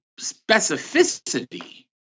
specificity